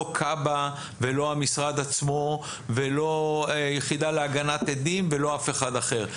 לא כב"ה ולא המשרד עצמו ולא היחידה להגנת עדים ולא אף אחד אחר.